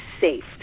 safe